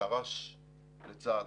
תר"ש חדש לצה"ל,